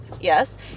Yes